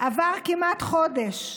עבר כמעט חודש.